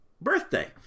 birthday